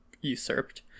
usurped